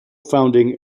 founding